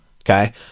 okay